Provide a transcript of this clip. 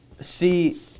See